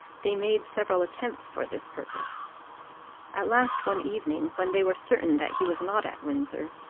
they made several attempts for this purpose at last one evening, when they were certain that he was not at windsor,